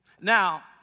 Now